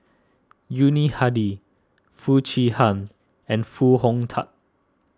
Yuni Hadi Foo Chee Han and Foo Hong Tatt